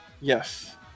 Yes